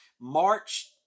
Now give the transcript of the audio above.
March